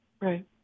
Right